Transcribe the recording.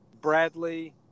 Bradley